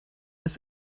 ist